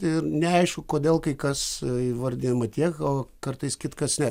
ir neaišku kodėl kai kas įvardijama tiek o kartais kitkas ne